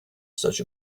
such